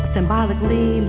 Symbolically